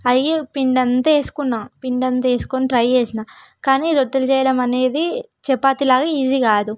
అయి పిండి అంత వేసుకున్న పిండి అంత వేసుకొని ట్రై చేసాను కానీ రొట్టెలు చేయడమనేది చపాతి లాగా ఈజీ కాదు